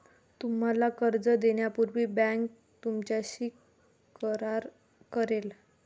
तुम्हाला कर्ज देण्यापूर्वी बँक तुमच्याशी करार करेल